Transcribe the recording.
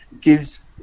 gives